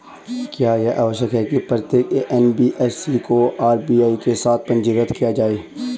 क्या यह आवश्यक है कि प्रत्येक एन.बी.एफ.सी को आर.बी.आई के साथ पंजीकृत किया जाए?